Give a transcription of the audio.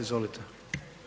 Izvolite.